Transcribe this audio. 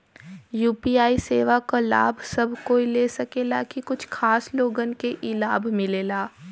UPI सेवा क लाभ सब कोई ले सकेला की कुछ खास लोगन के ई लाभ मिलेला?